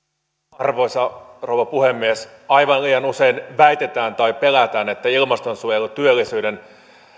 arvoisa rouva puhemies aivan liian usein väitetään tai pelätään että ilmastonsuojelu on työllisyyden